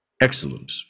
Excellent